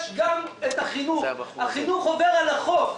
יש גם את משרד החינוך שעובר על החוק.